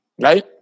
right